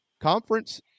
conference